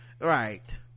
right